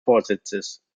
vorsitzes